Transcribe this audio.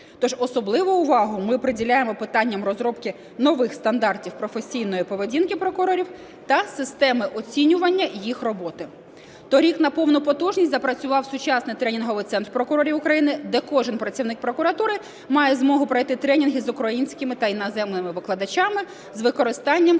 Тож особливу увагу ми приділяємо питанням розробки нових стандартів професійної поведінки прокурорів та системи оцінювання їх роботи. Торік на повну потужність запрацював сучасний тренінговий центр прокурорів України, де кожен працівник прокуратури має змогу пройти тренінги з українськими та іноземними викладачами з використанням